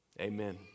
Amen